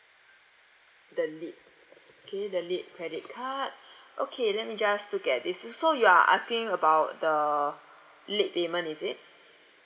the lit K the lite credit card okay let me just look at this s~ so you are asking about the late payment is it